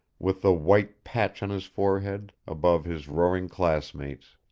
with the white patch on his forehead, above his roaring classmates.